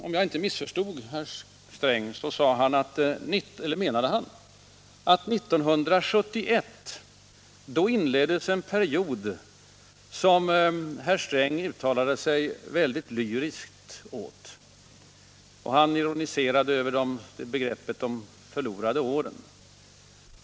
Om jag inte missförstod herr Sträng, inledde 1971 en period som han uttalade sig väldigt lyriskt om. Herr Sträng ironiserade över begreppet ”de förlorade åren”.